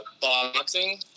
boxing